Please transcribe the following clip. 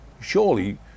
surely